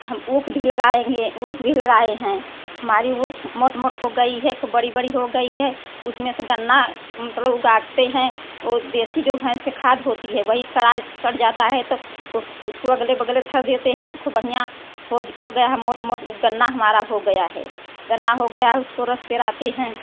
हम उख भी लगाएँगे उख भी लगाए हैं हमारी उख मोट मोट हो गई है खूब बड़ी बड़ी हो गई है उसमें से गन्ना मतलब उगाते हैं वो देशी जो भैंस के खाद होती है वही सड़ा सड़ जाता है तो उस उसको अगल बगल धर देते हैं तो खूब बढ़िया हो हो गया है मोट मोट वो गन्ना हमारा हो गया है गन्ना हो गया है उसको रस पेराते हैं